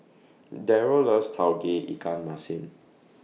Darold loves Tauge Ikan Masin